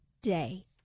day